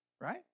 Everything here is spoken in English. right